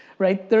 right?